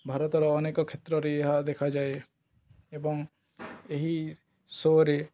ଭାରତର ଅନେକ କ୍ଷେତ୍ରରେ ଏହା ଦେଖାଯାଏ ଏବଂ ଏହି ସୋରେ